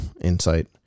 insight